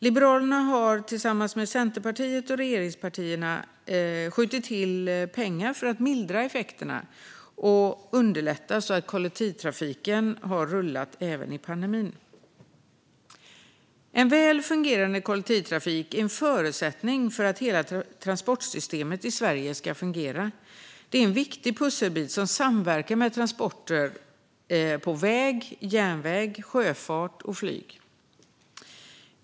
Liberalerna har tillsammans med Centerpartiet och regeringspartierna skjutit till pengar för att mildra effekterna och underlätta för kollektivtrafiken att rulla även i pandemin. En väl fungerande kollektivtrafik är en förutsättning för att hela transportsystemet i Sverige ska fungera. Det är en viktig pusselbit som samverkar med transporter på väg, på järnväg, med sjöfart och med flyg.